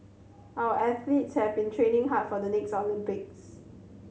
our athletes have been training hard for the next Olympics